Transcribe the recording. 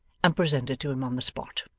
and presented to him on the spot.